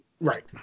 Right